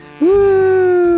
Woo